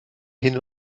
hin